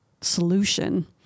solution